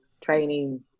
training